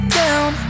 down